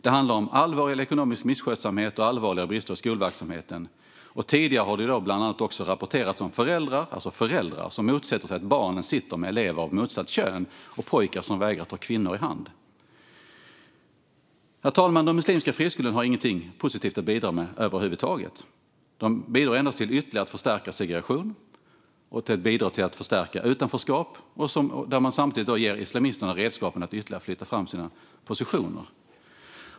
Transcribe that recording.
Det handlade om allvarlig ekonomisk misskötsamhet och allvarliga brister i skolverksamheten. Tidigare har det bland annat också rapporterats om föräldrar som motsätter sig att barnen sitter med elever av motsatt kön och om pojkar som vägrar att ta kvinnor i hand. Herr talman! De muslimska friskolorna har ingenting positivt att bidra med över huvud taget. De bidrar endast till att ytterligare förstärka segregation och utanförskap samtidigt som man ger islamisterna redskapen att ytterligare flytta fram sina positioner.